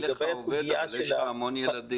אין לך עובדים, אבל יש לך המון ילדים.